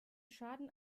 schaden